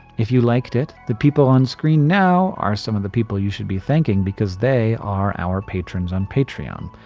if you liked it, the people on screen now are some of the people you should be thanking because they are our patrons on patreon.